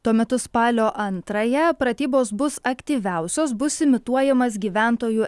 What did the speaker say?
tuo metu spalio antrąją pratybos bus aktyviausios bus imituojamas gyventojų